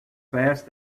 fast